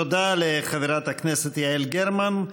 תודה לחברת הכנסת יעל גרמן.